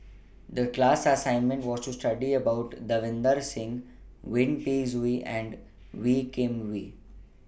The class assignment was to study about Davinder Singh Yip Pin Xiu and Wee Kim Wee